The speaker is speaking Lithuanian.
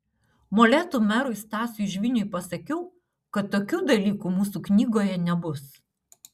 molėtų merui stasiui žviniui pasakiau kad tokių dalykų mūsų knygoje nebus